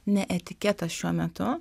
ne etiketas šiuo metu